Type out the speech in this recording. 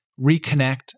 reconnect